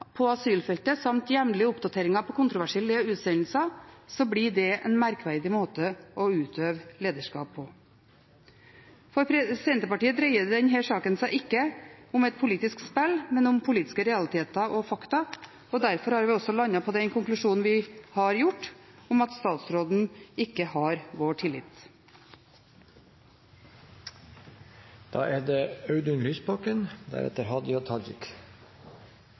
på asylfeltet, samt fått jevnlige oppdateringer på kontroversielle utsendelser, blir det en merkverdig måte å utøve lederskap på. For Senterpartiet dreier denne saken seg ikke om et politisk spill, men om politiske realiteter og fakta. Derfor har vi også landet på den konklusjonen vi har gjort, om at statsråden ikke har vår tillit. Vi er